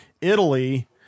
Italy